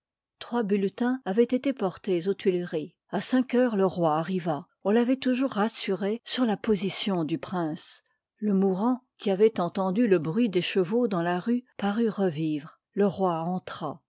trois bulletins avoient été portés aux tuileries a cinq heures le roi arriva on l'avoit toujours rassuré sur la position du prince le mourant qui avoit entendu le bruit des chevaux dans la rue parut revivre le pioi entra